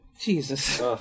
Jesus